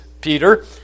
Peter